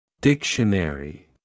Dictionary